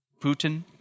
Putin